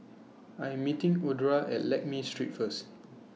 I Am meeting Audra At Lakme Street First